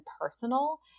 personal